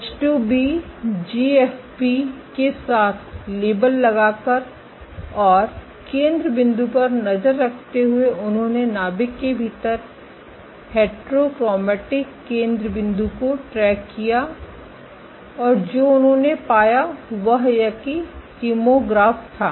H2B GFP के साथ label लगाकर और केंद्र बिन्दु पर नज़र रखते हुए उन्होंने नाभिक के भीतर हेट्रोक्रोमैटिक केंद्र बिन्दु को ट्रैक किया और जो उन्होंने पाया वह यह किमोग्राफ था